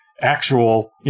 actual